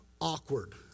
awkward